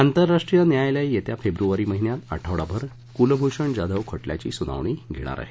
आंतरराष्ट्रीय न्यायालय येत्या फेब्रवारी महिन्यात आठवडाभर कुलभूषण जाधव खटल्याची सुनावणी घेणार आहे